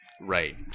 Right